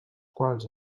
quals